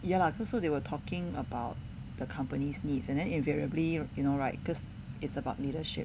ya lah cause so they were talking about the company's needs and then invariably you know right cause it's about leadership